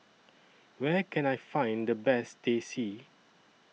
Where Can I Find The Best Teh C